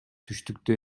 түштүктө